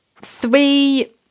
three